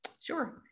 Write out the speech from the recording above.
Sure